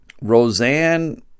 Roseanne